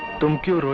don't give